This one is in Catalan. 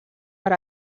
per